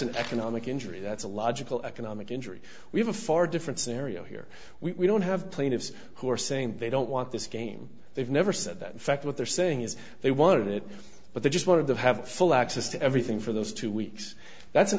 an economic injury that's a logical economic injury we have a far different scenario here we don't have plaintiffs who are saying they don't want this game they've never said that in fact what they're saying is they want it but they just one of them have full access to everything for those two weeks that's an